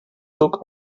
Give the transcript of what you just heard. zog